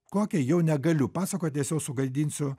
kokią jau negaliu pasakot nes jau sugadinsiu